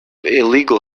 illegal